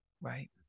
Right